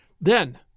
Then